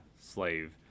slave